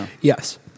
Yes